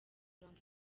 mirongo